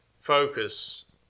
focus